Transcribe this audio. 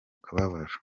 kababaro